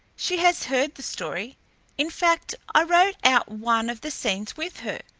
she has heard the story in fact i wrote out one of the scenes with her.